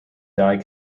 dye